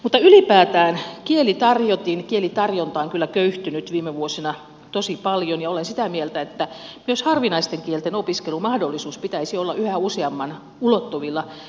mutta ylipäätään kielitarjotin kielitarjonta on kyllä köyhtynyt viime vuosina tosi paljon ja olen sitä mieltä että myös harvinaisten kielten opiskelumahdollisuus pitäisi olla yhä useamman ulottuvilla